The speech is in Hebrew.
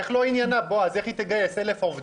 אני לא בא לעשות מחטפים לאף אחד.